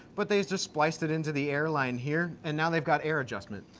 but they just spliced it into the air line here, and now they've got air adjustment.